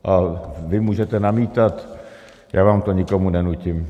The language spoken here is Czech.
A vy můžete namítat, já vám to nikomu nenutím.